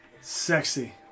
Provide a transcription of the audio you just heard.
Sexy